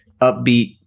upbeat